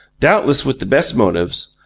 doubtless with the best motives,